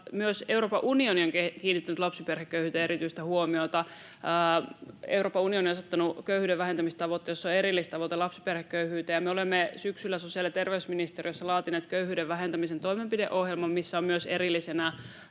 Myös Euroopan unioni on kiinnittänyt lapsiperheköyhyyteen erityistä huomiota. Euroopan unioni on asettanut köyhyyden vähentämistavoitteen, jossa on erillistavoite lapsiperheköyhyyteen liittyen. Me olemme syksyllä sosiaali- ja terveysministeriössä laatineet köyhyyden vähentämisen toimenpideohjelman, missä on myös erillisenä